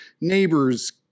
neighbors